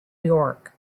york